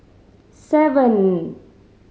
seven